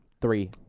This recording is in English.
Three